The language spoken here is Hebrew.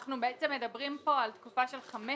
אנחנו בעצם מדברים פה על תקופה של חמש